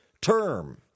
term